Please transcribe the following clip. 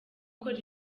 ukora